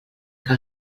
que